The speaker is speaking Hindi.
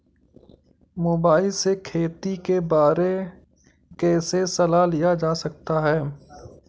मोबाइल से खेती के बारे कैसे सलाह लिया जा सकता है?